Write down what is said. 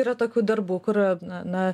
yra tokių darbų kur na na